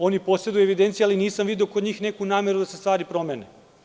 Oni poseduju evidencije, ali nisam video kod njih neku nameru da se stvari promene.